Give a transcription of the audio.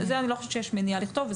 אני לא חושבת שיש מניעה לכתוב את זה,